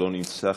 לא נמצא,